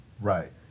Right